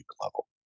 level